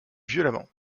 violemment